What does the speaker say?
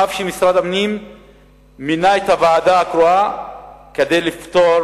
אף שמשרד הפנים מינה את הוועדה הקרואה כדי לפתור